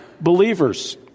believers